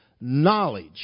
knowledge